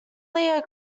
leo